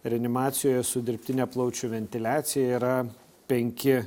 reanimacijoje su dirbtine plaučių ventiliacija yra penki